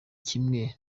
kimwe